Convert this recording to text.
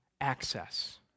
access